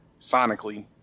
sonically